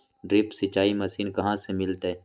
Drip सिंचाई machine कहाँ से मिलतै?